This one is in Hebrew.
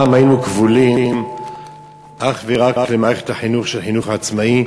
פעם היינו כבולים אך ורק למערכת החינוך של החינוך העצמאי,